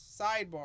sidebar